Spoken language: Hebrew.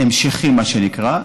המשכי, מה שנקרא.